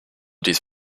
dies